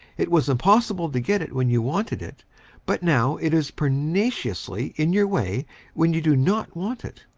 it was impossible to get it when you wanted it but now it is pertinaciously in your way when you do not want it.